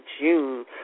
June